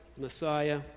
Messiah